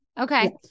Okay